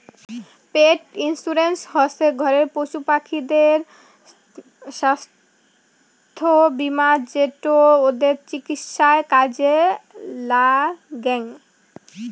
পেট insurance হসে ঘরের পশুপাখিদের ছাস্থ্য বীমা যেটো ওদের চিকিৎসায় কাজে লাগ্যাং